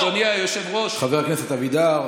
אדוני היושב-ראש, חבר הכנסת אבידר,